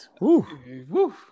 woo